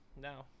no